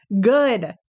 Good